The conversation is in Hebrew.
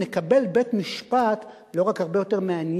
נקבל בית-משפט לא רק הרבה יותר מעניין,